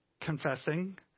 confessing